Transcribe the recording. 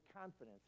confidence